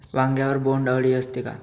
वांग्यावर बोंडअळी असते का?